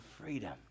freedom